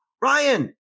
Ryan